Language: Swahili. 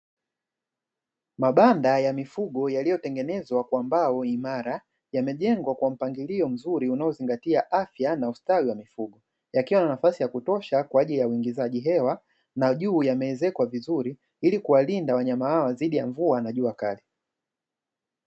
Mabanda ya mifugo yaliyotengenezwa kwa mbao imara, yamejengwa kwa mpangilio mzuri unaozingatia afya na ustawi wa mifugo, yakiwa na nafasi ya kutosha kwa ajili ya uingizaji hewa na juu yameezekwa vizuri ili kuwalinda wanyama hawa dhidi ya mvua na jua kali.